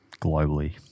globally